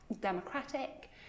democratic